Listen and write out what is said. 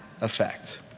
effect